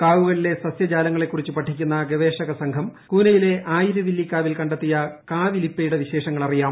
കാവുകളിലെ സസ്യജാലത്തെക്കുറിച്ച് പഠിക്കുന്ന ഗവേഷക സംഘം കൂനയിലെ ആയിരവില്ലിക്കാവിൽ കണ്ടെത്തിയ കാവിലിപ്പയുടെ വിശേഷങ്ങളറിയാം